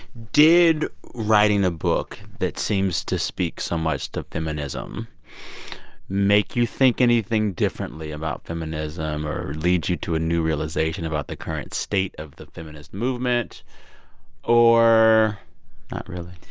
did writing a book that seems to speak so much to feminism make you think anything differently about feminism or lead you to a new realization about the current state of the feminist movement or not really?